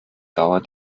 dauer